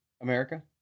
America